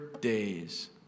days